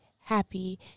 happy